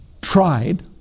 tried